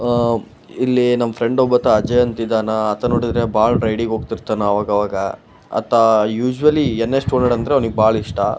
ಇಲ್ಲಿ ನಮ್ಮ ಫ್ರೆಂಡ್ ಒಬ್ಬಾತ ಅಜಯ್ ಅಂತಿದ್ದಾನೆ ಆತ ನೋಡಿದರೆ ಭಾಳ ರೈಡಿಗೆ ಹೋಗ್ತಿರ್ತಾನ್ ಅವಾಗವಾಗ ಆತ usually N H two hundred ಅಂದ್ರೆ ಅವ್ನಿಗೆ ಭಾಳ ಇಷ್ಟ